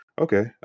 okay